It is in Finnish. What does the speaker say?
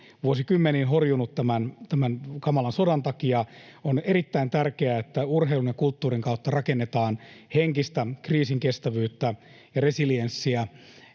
vuosikymmeniin horjunut tämän kamalan sodan takia, on erittäin tärkeää, että urheilun ja kulttuurin kautta rakennetaan henkistä kriisinkestävyyttä ja resilienssiä.